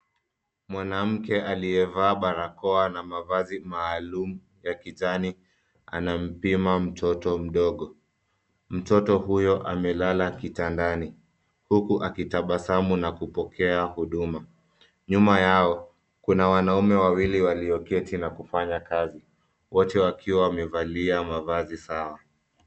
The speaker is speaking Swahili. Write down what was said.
Mwanamke aliyevaa barakoa na mavazi maalum ya kijani anampima mtoto mdogo. Mtoto huyo amelala kitandani uku akitabasamu na kupokea huduma. Nyuma yao kuna wanaume wawili walioketi na kufanya kazi. Wote wakiwa wamevalia mavazi sawa.